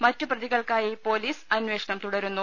മറ്റു പ്രതി കൾക്കായി പൊലീസ് അനേഷണം തുടരുന്നു